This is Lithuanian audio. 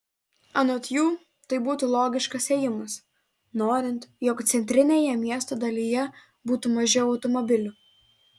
anot jų tai būtų logiškas ėjimas norint jog centrinėje miesto dalyje būtų mažiau automobilių